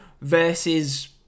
versus